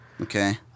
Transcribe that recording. Okay